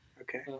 Okay